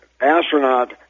astronaut